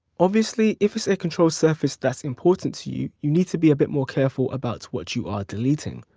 obviously if it's a control surface that's important to you, you need to be a bit more careful about what you are deleting.